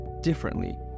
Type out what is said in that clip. differently